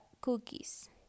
cookies